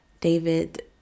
David